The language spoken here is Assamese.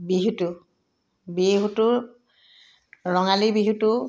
বিহুটো বিহুটোৰ ৰঙালী বিহুটো